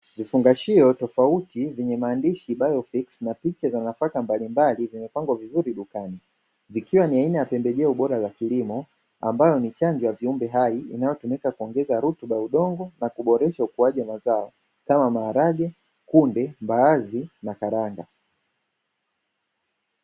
Vifungashio tofauti vyenye maandishi biofix vimepangwa vizuri dukani ikiwa ni aina ya pembejeo bora za kilimo, ambavyo ni chanzo cha viumbe hai huongeza rutuba ya udongo nakuboresha ukuaji wa mazao kama maharage, kunde, mbaazi na karanga.